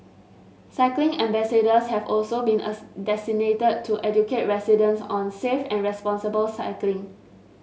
cycling ambassadors have also been as designated to educate residents on safe and responsible cycling